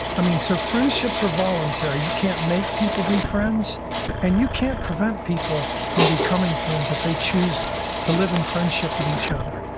i mean, so friendships are voluntary. you can't make people be friends and you can't prevent people from becoming friends if they choose to live in friendship with each other.